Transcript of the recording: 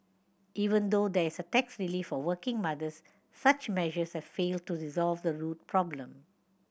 even though there is a tax relief for working mothers such measures have failed to resolve the root problem